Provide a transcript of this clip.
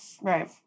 Right